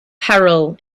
peril